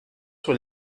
sur